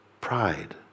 pride